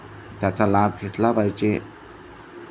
त्याचा लाभ घेतला पाहिजे